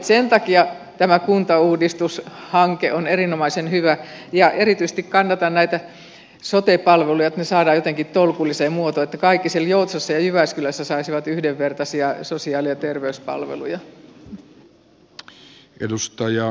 sen takia tämä kuntauudistushanke on erinomaisen hyvä ja erityisesti kannatan sitä että nämä sote palvelut saadaan jotenkin tolkulliseen muotoon että kaikki siellä joutsassa ja jyväskylässä saisivat yhdenvertaisia sosiaali ja terveyspalveluja